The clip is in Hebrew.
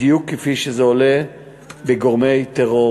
בדיוק כפי שזה עולה מגורמי טרור